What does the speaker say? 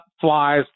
flies